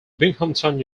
binghamton